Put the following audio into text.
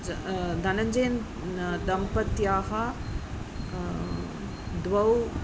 ज् धनञ्जयन् दम्पत्याः द्वौ